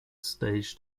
stage